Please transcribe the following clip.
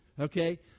Okay